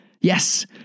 Yes